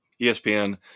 espn